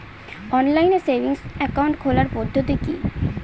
Online savings account খোলার পদ্ধতি কি?